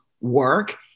work